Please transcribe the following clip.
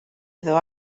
iddo